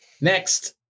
Next